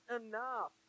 enough